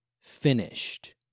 finished